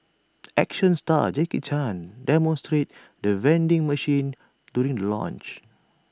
action star Jackie chan demonstrates the vending machine during the launch